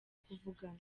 kuvugana